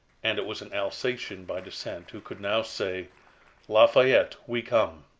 and it was an alsatian by descent who could now say lafayette, we come!